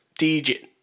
dj